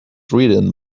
written